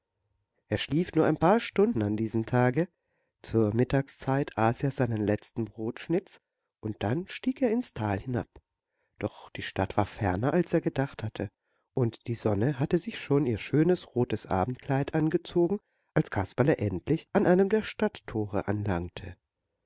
er schlief nur ein paar stunden an diesem tage zur mittagszeit aß er seinen letzten brotschnitz und dann stieg er ins tal hinab doch die stadt war ferner als er gedacht hatte und die sonne hatte sich schon ihr schönes rotes abendkleid angezogen als kasperle endlich an einem der stadttore anlangte